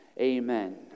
amen